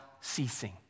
ceasing